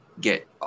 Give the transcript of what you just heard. get